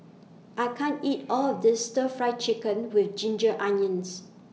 I can't eat All of This Stir Fry Chicken with Ginger Onions